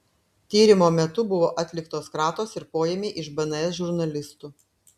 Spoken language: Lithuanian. tyrimo metu buvo atliktos kratos ir poėmiai iš bns žurnalistų